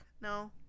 No